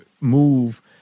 move